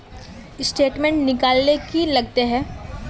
Statement निकले ले की लगते है?